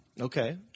Okay